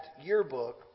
yearbook